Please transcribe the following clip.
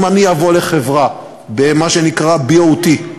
אם אני אבוא לחברה במה שנקרא BOT,